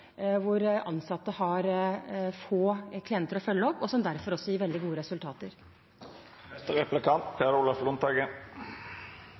hvor ansatte har få klienter å følge opp, og som derfor også gir veldig gode resultater.